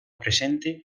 presente